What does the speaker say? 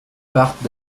partent